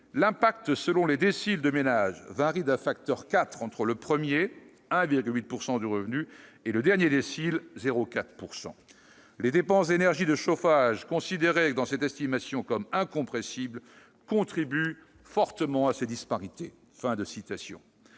l'impact selon les déciles de ménages varie d'un facteur 4 entre le premier- 1,8 % du revenu -et le dernier décile- 0,4 %. Les dépenses d'énergie de chauffage, considérées dans cette estimation comme incompressibles, contribuent fortement à ces disparités ».